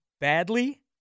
badly